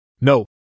No